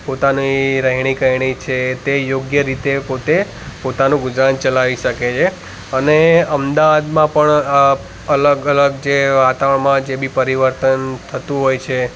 પોતાની રહેણી કરણી છે તે યોગ્ય રીતે પોતે પોતાનું ગુજરાન ચલાવી શકે છે અને અમદાવાદમાં પણ અલગ અલગ જે વાતાવરણમાં જે બી પરિવર્તન થતું હોય છે